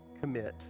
commit